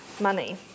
money